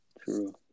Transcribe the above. True